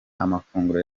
amafunguro